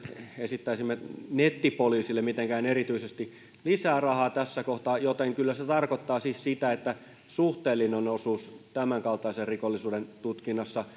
esittäisimme nettipoliisille mitenkään erityisesti lisää rahaa tässä kohtaa joten kyllä se tarkoittaa siis sitä että suhteellinen osuus tämänkaltaisen rikollisuuden tutkinnassa